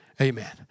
Amen